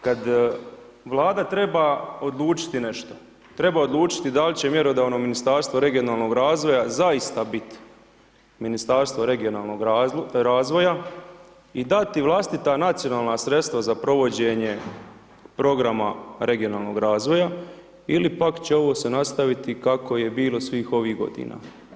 Kad Vlada treba odlučiti nešto treba odlučiti da li će mjerodavno Ministarstvo regionalnoga razvoja zaista bit Ministarstvo regionalnoga razvoja i dati vlastita nacionalna sredstava za provođenje programa regionalnoga razvoja ili pak će ovo nastaviti kako je bilo svih ovih godina.